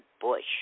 Bush